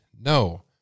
No